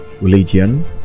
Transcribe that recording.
religion